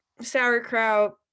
sauerkraut